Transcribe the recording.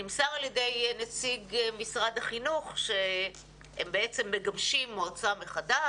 נמסר על ידי נציג משרד החינוך שהם בעצם מגבשים מועצה מחדש.